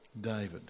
David